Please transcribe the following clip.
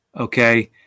Okay